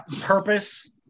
purpose